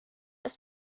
ist